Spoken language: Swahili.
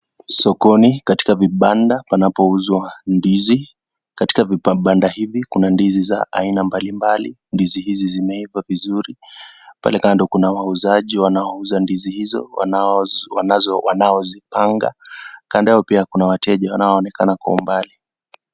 Sokoni, katika vibanda panapouzwa ndizi. Katika vibanda hivi kuna ndizi za aina mbalimbali. Ndizi hizi zimeiva vizuri. Pale kando, kuna wauzaji wanaouza ndizi hizo, wanaozipanga. Kando yao pia kuna wateja wanaoonekana kwa umbali.